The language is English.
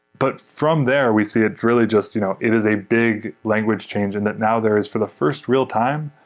but from there, we see it really just you know it is a big language change and that now there's, for the first real time,